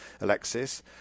Alexis